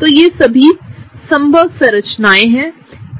तोये सभी संभव संरचनाएं हैं